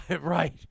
right